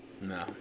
No